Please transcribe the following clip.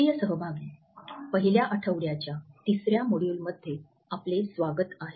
प्रिय सहभागी पहिल्या आठवड्याच्या तिसर्या मॉड्यूलमध्ये आपले स्वागत आहे